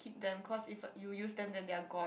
keep them cause if you use them then they are gone